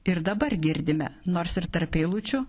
ir dabar girdime nors ir tarp eilučių